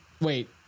Wait